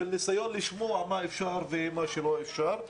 של ניסיון לשמוע מה אפשר ומה שלא אפשר.